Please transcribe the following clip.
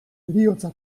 heriotza